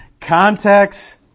Context